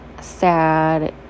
sad